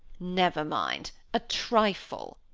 never mind! a trifle!